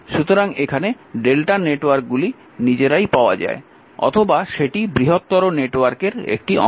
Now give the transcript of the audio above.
সুতরাং এখানে lrmΔ নেটওয়ার্কগুলি নিজেরাই পাওয়া যায় অথবা সেটি বৃহত্তর নেটওয়ার্কের একটি অংশ